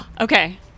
Okay